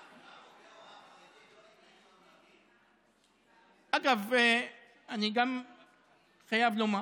בהוראה החרדית לא נקלטו, אגב, אני גם חייב לומר